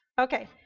Okay